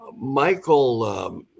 Michael